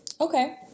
Okay